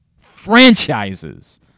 franchises